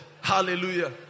Hallelujah